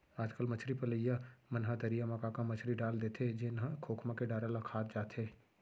आजकल मछरी पलइया मन ह तरिया म का का मछरी ल डाल देथे जेन ह खोखमा के डारा ल खा जाथे